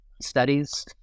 studies